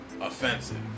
offensive